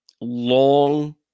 long